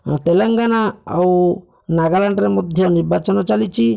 ହଁ ତେଲେଙ୍ଗାନା ଆଉ ନାଗାଲାଣ୍ଡରେ ମଧ୍ୟ ନିର୍ବାଚନ ଚାଲିଛି